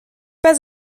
pas